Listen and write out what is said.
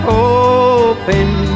hoping